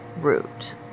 root